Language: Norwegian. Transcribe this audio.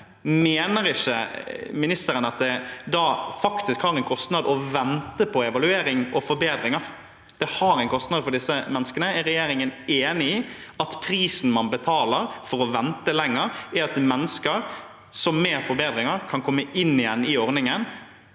mener ikke ministeren at det da faktisk har en kostnad å vente på en evaluering og forbedringer? Det har en kostnad for disse menneskene. Er regjeringen enig i at prisen man betaler for å vente lenger, er at mennesker som med forbedringer kan komme inn igjen i ordningen,